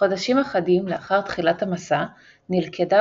חודשים אחדים לאחר תחילת המסע נלכדה